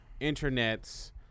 internets